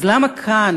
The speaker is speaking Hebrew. אז למה כאן,